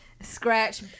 scratch